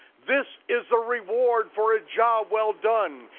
this is the reward for a job well done,